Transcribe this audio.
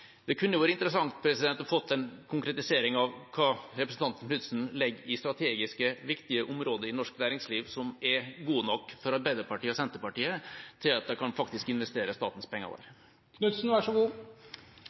Det kunne jo være interessant å få en konkretisering av hva representanten Knutsen legger i «strategisk viktige deler av norsk næringsliv», som er gode nok for Arbeiderpartiet og Senterpartiet til at de faktisk kan investere statens penger